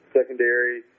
secondary